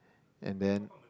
and then